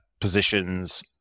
positions